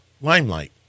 Limelight